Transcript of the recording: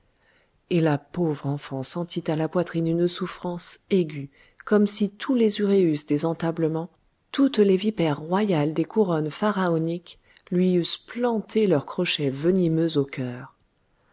et la pauvre enfant sentit à la poitrine une souffrance aiguë comme si tous les uræus des entablements toutes les vipères royales des couronnes pharaoniques lui eussent planté leurs crochets venimeux au cœur